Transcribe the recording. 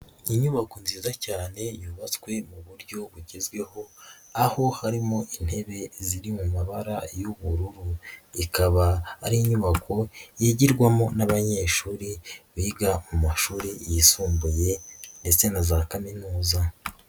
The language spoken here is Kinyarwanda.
Inyubako nziza cyane yubatswe mu buryo bugezweho aho harimo intebe ziri mu mabara y'ubururu, ikaba ari inyubako yigirwamo nabanyeshuri biga mu mashuri yisumbuye ndetse na za kaminuza.